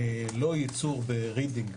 לא ייצור ברידינג.